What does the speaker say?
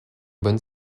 bonne